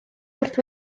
wrth